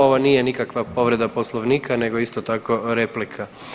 Ovo nije nikakva povreda Poslovnika, nego isto tako replika.